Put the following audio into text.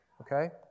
Okay